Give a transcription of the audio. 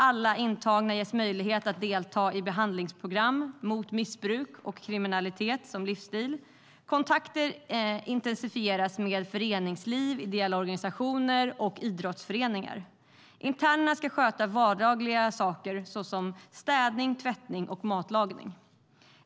Alla intagna ges möjlighet att delta i behandlingsprogram mot missbruk och kriminalitet som livsstil. Kontakter intensifieras med föreningsliv, ideella organisationer och idrottsföreningar. Internerna ska sköta vardagliga saker såsom tvättning, städning och matlagning.